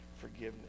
forgiveness